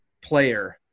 player